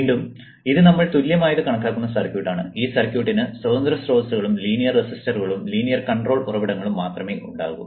വീണ്ടും ഇത് നമ്മൾ തുല്യമായത് കണക്കാക്കുന്ന സർക്യൂട്ടാണ് ഈ സർക്യൂട്ടിന് സ്വതന്ത്ര സ്രോതസ്സുകളും ലീനിയർ റെസിസ്റ്ററുകളും ലീനിയർ കൺട്രോൾ ഉറവിടങ്ങളും മാത്രമേ ഉണ്ടാകൂ